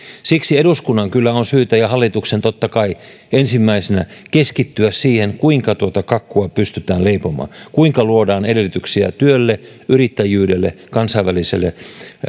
siksi eduskunnan kyllä on syytä ja hallituksen totta kai ensimmäisenä keskittyä siihen kuinka tuota kakkua pystytään leipomaan kuinka luodaan edellytyksiä työlle yrittäjyydelle kansainväliselle